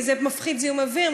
וזה מפחית זיהום אוויר,